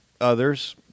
others